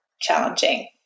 challenging